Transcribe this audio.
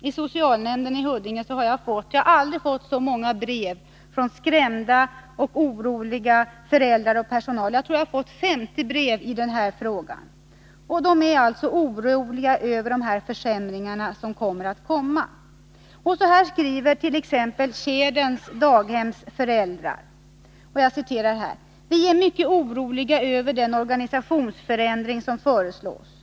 i socialnämnden i Huddinge har jag aldrig förr fått så många brev från skrämda och oroliga föräldrar och personal. Jag tror att jag har fått 50 brev i den här frågan. De är alltså oroliga för de försämringar som kommer. Så här skriver t.ex. Tjäderns daghems föräldrar: ”Vi är mycket oroliga över den organisationsförändring som föreslås.